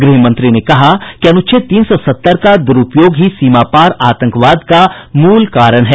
गृह मंत्री ने कहा कि अनुच्छेद तीन सौ सत्तर का दुरूपयोग ही सीमा पार आतंकवाद का मूल कारण है